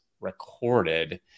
recorded